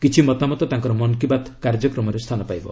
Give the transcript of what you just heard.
କିଛି ମତାମତ ତାଙ୍କର ମନ୍ କୀ ବାତ୍ କାର୍ଯ୍ୟକ୍ରମରେ ସ୍ଥାନ ପାଇବ